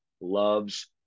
loves